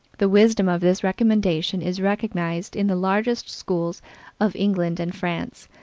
the wisdom of this recommendation is recognized in the largest schools of england and france,